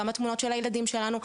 גם התמונות של הילדים שלנו,